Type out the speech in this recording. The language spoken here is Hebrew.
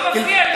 לא מפריע לי.